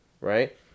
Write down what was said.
right